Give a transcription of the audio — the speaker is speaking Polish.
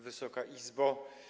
Wysoka Izbo!